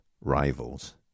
rivals